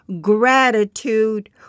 gratitude